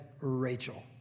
Rachel